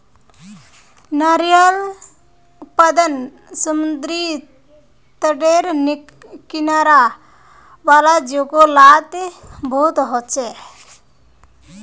नारियालेर उत्पादन समुद्री तटेर किनारा वाला जोगो लात बहुत होचे